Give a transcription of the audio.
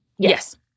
Yes